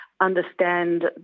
understand